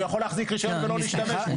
הוא יכול להחזיק רישיון ולא להשתמש.